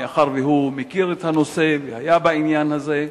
מאחר שהוא מכיר את הנושא ועסק בעניין זה?